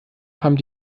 haben